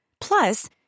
Plus